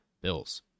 bills